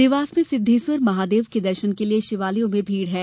देवास में सिद्वेश्वर महादेव के दर्शन के लिये शिवालयों में भीड़ है